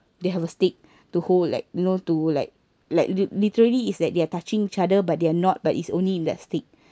they have a stick to hold like you know to like like literally is that they are touching each other but they're not but it's only in that stick